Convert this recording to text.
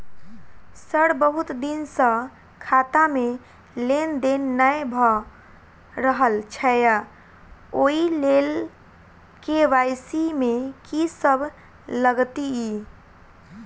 Sir बहुत दिन सऽ खाता मे लेनदेन नै भऽ रहल छैय ओई लेल के.वाई.सी मे की सब लागति ई?